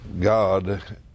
God